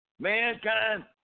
mankind